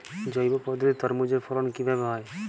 জৈব পদ্ধতিতে তরমুজের ফলন কিভাবে হয়?